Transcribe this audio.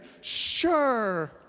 Sure